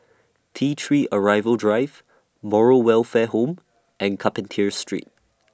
T three Arrival Drive Moral Welfare Home and Carpenter Street